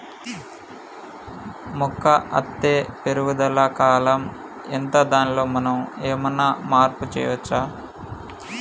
మొక్క అత్తే పెరుగుదల కాలం ఎంత దానిలో మనం ఏమన్నా మార్పు చేయచ్చా?